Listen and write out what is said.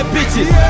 bitches